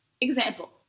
Example